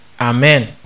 Amen